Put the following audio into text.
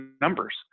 numbers